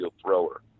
thrower